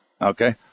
Okay